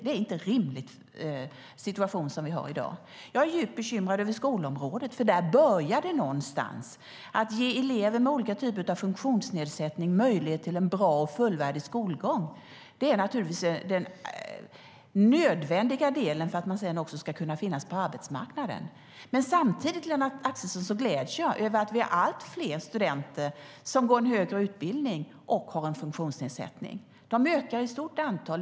Den situation vi har i dag är inte rimlig. Jag är djupt bekymrad över skolområdet. Där någonstans börjar det. Att ge elever med olika typer av funktionsnedsättning möjlighet till bra och fullvärdig skolgång är naturligtvis nödvändigt för att de sedan ska kunna finnas på arbetsmarknaden. Men samtidigt, Lennart Axelsson, gläds jag över att det är allt fler studenter som går en högre utbildning och har en funktionsnedsättning. De ökar i stort antal.